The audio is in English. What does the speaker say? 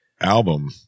Album